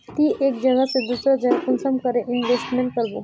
ती एक जगह से दूसरा जगह कुंसम करे इन्वेस्टमेंट करबो?